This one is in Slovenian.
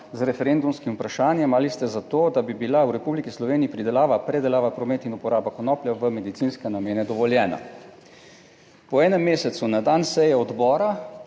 Z referendumskim vprašanjem ali ste za to, da bi bila v Republiki Sloveniji pridelava, predelava, promet in uporaba konoplje v medicinske namene dovoljena. Po enem mesecu na dan seje odbora